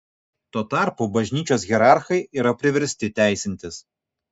tuo tarpu bažnyčios hierarchai yra priversti teisintis